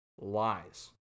lies